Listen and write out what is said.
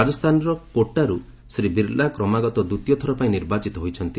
ରାଜସ୍ଥାନର କୋଟାରୁ ଶ୍ରୀ ବିର୍ଲା କ୍ମାଗତ ଦ୍ୱିତୀୟ ଥର ପାଇଁ ନିର୍ବାଚିତ ହୋଇଛନ୍ତି